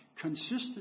consistent